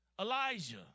Elijah